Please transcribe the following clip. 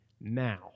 now